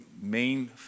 main